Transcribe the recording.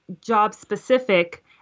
job-specific